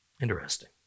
Interesting